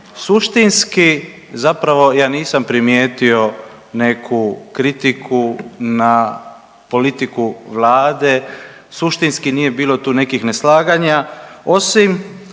suštinski zapravo ja nisam primijetio neku kritiku na politiku vlade, suštinski tu nije bilo nekih neslaganja osim